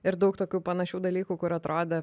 ir daug tokių panašių dalykų kur atrodo